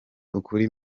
ukuri